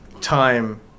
time